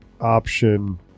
option